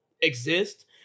exist